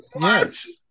Yes